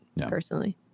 personally